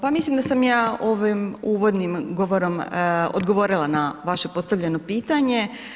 Pa mislim da sam ja ovim uvodnim govorom odgovorila na vaše postavljeno pitanje.